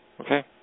Okay